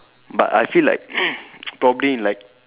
but I feel like probably like